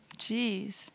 Jeez